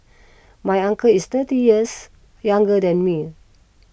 my uncle is thirty years younger than me